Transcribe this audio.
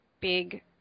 big